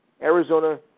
Arizona